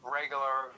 regular